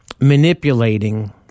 manipulating